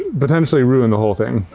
potentially ruin the whole thing.